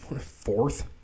fourth